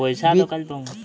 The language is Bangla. বীজ কত রকমের হয়ে থাকে?